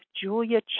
Julia